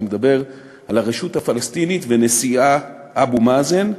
אני מדבר על הרשות הפלסטינית ונשיאה אבו מאזן,